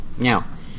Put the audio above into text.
Now